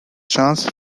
chance